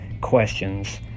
questions